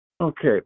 Okay